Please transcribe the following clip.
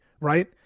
right